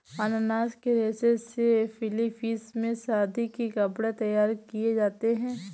अनानास के रेशे से फिलीपींस में शादी के कपड़े तैयार किए जाते हैं